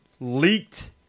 leaked